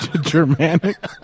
Germanic